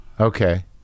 Okay